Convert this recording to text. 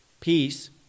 Peace